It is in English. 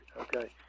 okay